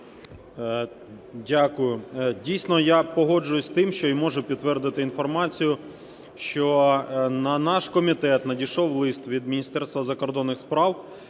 Дякую. Дійсно, я погоджуюся з тим і можу підтвердити інформацію, що на наш комітет надійшов лист від Міністерства закордонних справ